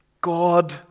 God